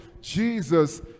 Jesus